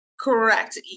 Correct